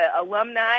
alumni